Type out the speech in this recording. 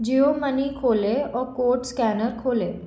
जियो money खोलें और code scanner खोलें